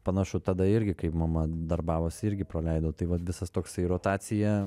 panašu tada irgi kaip mama darbavosi irgi praleido tai vat visas toksai rotacija